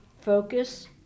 focus